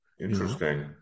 Interesting